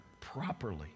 properly